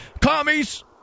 commies